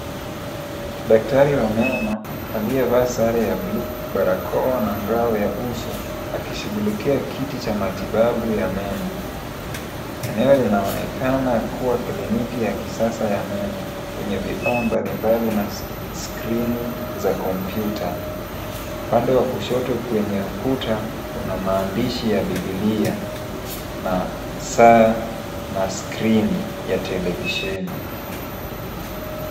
Daktari wa meno aliyevaa sare ya bluu barakoa na ngao ya uso akishughulikia kiti cha matibabu ya meno. Eneo linaonekana kuwa kliniki ya kisasa ya meno yenye vifaa mbalimbali na skrini za komputa. Upande wa kushoto kwenye ukuta kuna maandishi ya bibilia na saa na skrini ya televisheni.